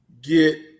get